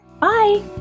Bye